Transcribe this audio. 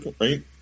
right